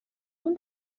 اون